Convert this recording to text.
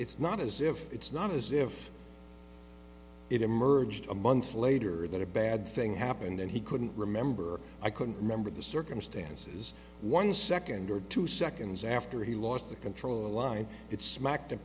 's not as if it's not as if it emerged a month later that a bad thing happened and he couldn't remember i couldn't remember the circumstances one second or two seconds after he lost the control a line that smack